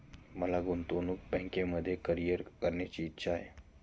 मला गुंतवणूक बँकिंगमध्ये करीअर करण्याची इच्छा आहे